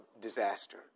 disaster